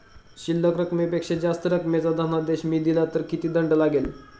शिल्लक रकमेपेक्षा जास्त रकमेचा धनादेश मी दिला तर मला किती दंड लागेल?